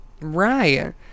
Right